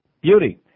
Beauty